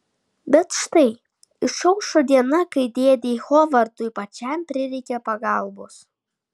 bet štai išaušo diena kai dėdei hovardui pačiam prireikia pagalbos